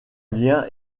lien